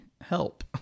help